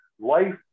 life